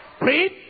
Read